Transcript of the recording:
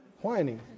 Whining